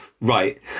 right